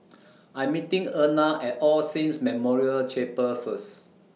I'm meeting Erna At All Saints Memorial Chapel First